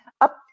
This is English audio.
up